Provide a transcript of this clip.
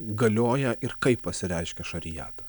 galioja ir kaip pasireiškia šariata